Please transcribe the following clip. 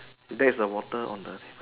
there is a water on the